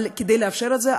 אבל כדי לאפשר את זה,